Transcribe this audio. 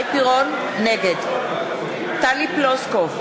נגד טלי פלוסקוב,